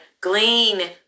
glean